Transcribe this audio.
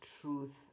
truth